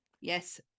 Yes